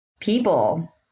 people